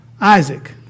Isaac